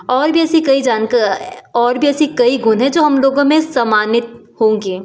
और भी ऐसी कई जानका और भी ऐसी कई गुण है जो हम लोगों में सामान्य होंगे